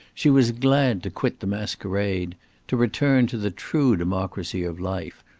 she was glad to quit the masquerade to return to the true democracy of life,